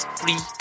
free